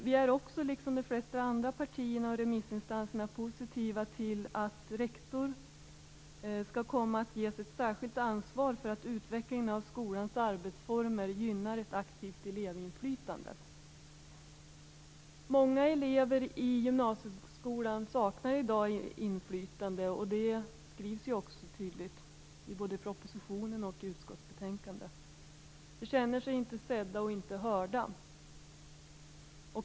Vi är också, liksom de flesta andra partier och remissinstanser, positiva till att rektor skall komma att ges ett särskilt ansvar för att utvecklingen av skolans arbetsformer gynnar ett aktivt elevinflytande. Många elever i gymnasieskolan saknar i dag inflytande. Det skrivs ju också tydligt i både propositionen och utskottsbetänkandet. De känner sig inte sedda och inte hörda.